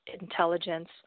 intelligence